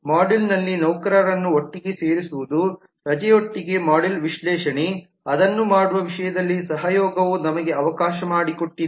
ಮಾಡ್ಯೂಲ್ನಲ್ಲಿ ನೌಕರರನ್ನು ಒಟ್ಟಿಗೆ ಸೇರಿಸುವುದು ರಜೆ ಒಟ್ಟಿಗೆ ಮಾಡ್ಯೂಲ್ ವಿಶ್ಲೇಷಣೆ ಅದನ್ನು ಮಾಡುವ ವಿಷಯದಲ್ಲಿ ಸಹಯೋಗವು ನಮಗೆ ಅವಕಾಶ ಮಾಡಿಕೊಟ್ಟಿದೆ